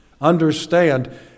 Understand